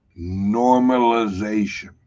Normalization